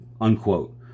unquote